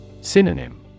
Synonym